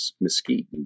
Mesquite